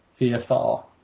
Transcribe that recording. VFR